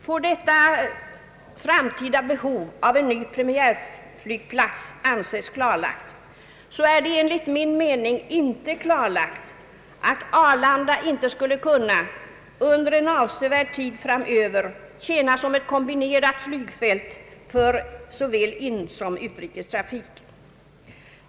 Om detta framtida behov av en ny primär flygplats får anses klarlagt, är det enligt min mening inte klarlagt att Arlanda inte skulle kunna under en avsevärd tid framöver tjäna som ett kombinerat flygfält för såväl inrikessom utrikestrafik.